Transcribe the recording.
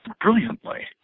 brilliantly